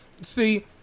See